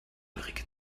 ulrike